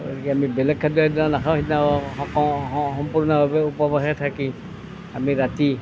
গতিকে আমি বেলেগ খাদ্য সেইদিনা নাখাওঁ সেইদিনা সম্পূৰ্ণভাৱে উপবাসে থাকি আমি ৰাতি